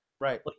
Right